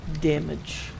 damage